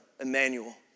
Emmanuel